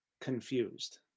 confused